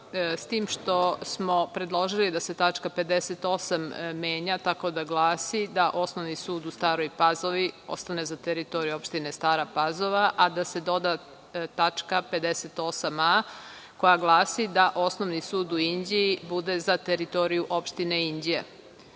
s tim što smo predložili da se tačka 58. menja tako da glasi da Osnovni sud u Staroj Pazovi ostane za teritoriju opštine Stara Pazova, a da se doda tačka 58a koja glasi da Osnovni sud u Inđiji bude za teritoriju opštine